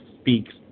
speaks